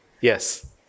Yes